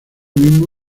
mismo